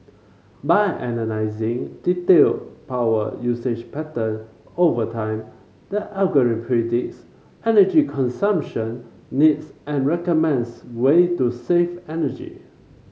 by analysing detailed power usage pattern over time the algorithm predicts energy consumption needs and recommends way to save energy